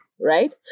right